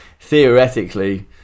theoretically